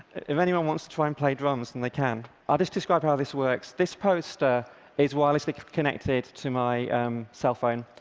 if anyone wants to try and play drums, then and they can. i'll just describe how this works. this poster is wirelessly connected to my cell phone,